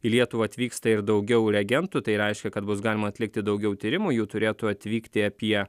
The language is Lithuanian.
į lietuvą atvyksta ir daugiau reagentų tai reiškia kad bus galima atlikti daugiau tyrimų jų turėtų atvykti apie